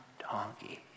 donkey